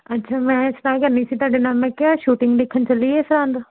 ਅੱਛਾ ਮੈਂ ਇਹ ਸਲਾਹ ਕਰਨੀ ਸੀ ਤੁਹਾਡੇ ਨਾਲ ਮੈਂ ਕਿਹਾ ਸ਼ੂਟਿੰਗ ਦੇਖਣ ਚਲੀਏ ਸਰਹਿੰਦ